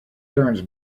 turns